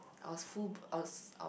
I was I was I